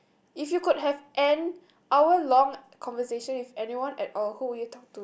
if you could have an hour long conversation with anyone at all who will you talk to